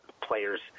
players